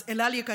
אז אל על יקרים,